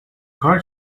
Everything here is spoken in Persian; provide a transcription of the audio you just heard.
کار